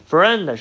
Friend